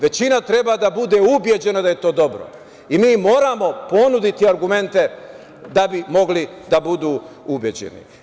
Većina treba da bude ubeđena da je to dobro i mi moramo ponuditi argumente da bi mogli da budu ubeđeni.